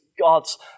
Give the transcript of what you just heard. God's